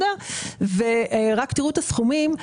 תראו את הסכומים.